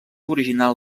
original